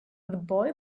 boy